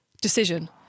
decision